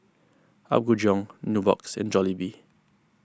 Apgujeong Nubox and Jollibee